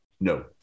No